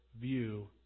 view